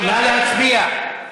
נא להצביע.